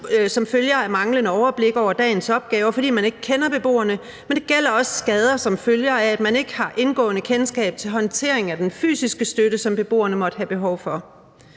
som følge af manglende overblik over dagens opgaver, fordi man ikke kender beboerne, men det gælder også skader, som følger af, at man ikke har indgående kendskab til håndtering af den fysiske støtte, som beboerne måtte have behov for.